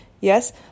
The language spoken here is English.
yes